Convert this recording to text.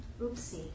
oopsie